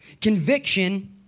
Conviction